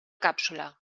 càpsula